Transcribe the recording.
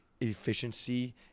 efficiency